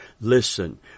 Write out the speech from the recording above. Listen